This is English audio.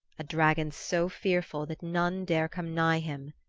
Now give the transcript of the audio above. a dragon so fearful that none dare come nigh him.